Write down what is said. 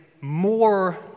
more